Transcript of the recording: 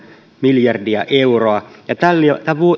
miljardia euroa